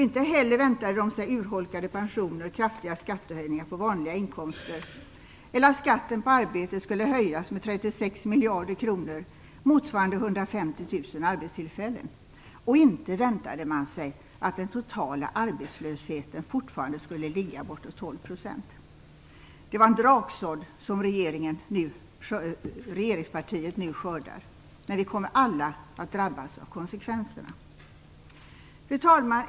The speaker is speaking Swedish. Inte heller väntade de sig urholkade pensioner, kraftiga skattehöjningar på vanliga inkomster eller att skatten på arbete skulle höjas med 36 miljarder kronor, motsvarande 150 000 arbetstillfällen. Inte väntade man sig att den totala arbetslösheten fortfarande skulle ligga bortåt 12 %. Det var en draksådd som regeringspartiet nu skördar. Men vi kommer alla att drabbas av konsekvenserna. Fru talman!